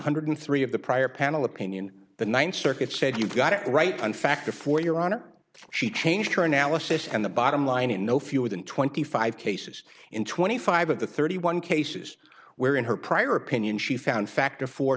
hundred three of the prior panel opinion the ninth circuit said you got it right and factor for your honor she changed her analysis and the bottom line in no fewer than twenty five cases in twenty five of the thirty one cases where in her prior opinion she found factor for